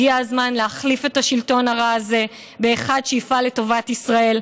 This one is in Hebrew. הגיע הזמן להחליף את השלטון הרע הזה באחד שיפעל לטובת ישראל,